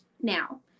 Now